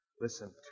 Listen